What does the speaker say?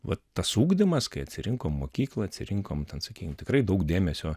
vat tas ugdymas kai atsirinkom mokyklą atsirinkom ten sakykim tikrai daug dėmesio